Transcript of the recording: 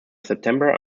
september